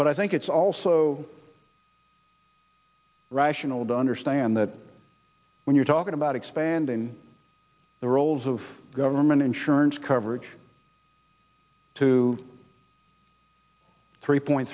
but i think it's also rational do understand that when you're talking about expanding the roles of government insurance coverage to three point